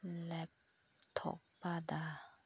ꯂꯦꯞꯊꯣꯛꯄꯗ